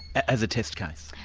as a test case?